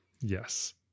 Yes